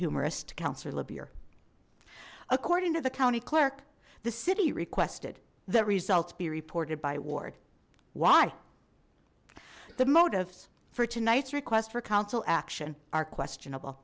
humorous to councillor libby err according to the county clerk the city requested that results be reported by ward why the motives for tonight's request for council action are questionable